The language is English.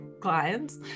clients